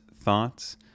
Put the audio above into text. thoughts